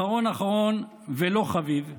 אחרון אחרון ולא חביב,